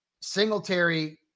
Singletary